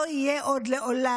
לא יהיה עוד לעולם.